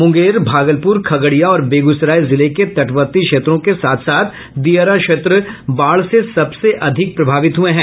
मुंगेर भागलपुर खगड़िया और बेगूसराय जिले के तटवर्ती क्षेत्रों के साथ साथ दियारा क्षेत्र बाढ़ से सबसे अधिक प्रभावित हुये हैं